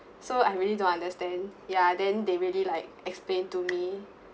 so I really don't understand ya then they really like explain to me